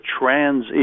trans